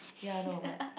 ya I know but